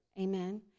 Amen